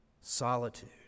Solitude